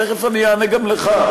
תכף אני אענה גם לך.